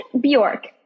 Bjork